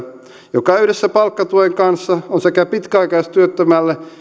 joka yhdessä palkkatuen kanssa on sekä pitkäaikaistyöttömälle